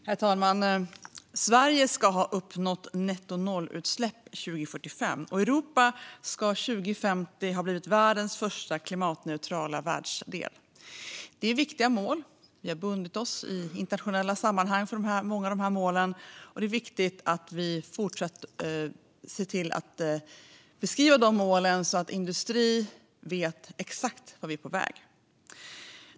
Herr talman! Sverige ska ha uppnått nettonollutsläpp 2045, och Europa ska 2050 ha blivit världens första klimatneutrala världsdel. Det är viktiga mål. Vi har i internationella sammanhang förbundit oss till många av dessa mål, och det är viktigt att vi fortsatt ser till att beskriva de målen så att industrin vet exakt vart vi är på väg.